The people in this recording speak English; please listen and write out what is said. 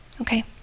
Okay